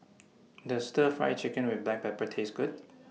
Does Stir Fry Chicken with Black Pepper Taste Good